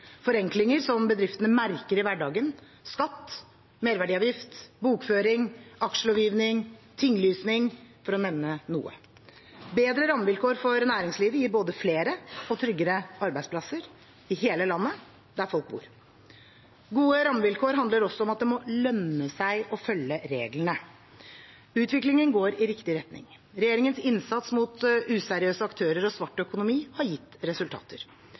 forenklinger som bedriftene merker i hverdagen: skatt, merverdiavgift, bokføring, aksjelovgivning og tinglysning – for å nevne noe. Bedre rammevilkår for næringslivet gir både flere og tryggere arbeidsplasser, i hele landet, der folk bor. Gode rammevilkår handler også om at det må lønne seg å følge reglene. Utviklingen går i riktig retning. Regjeringens innsats mot useriøse aktører og svart økonomi har gitt resultater.